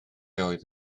oedd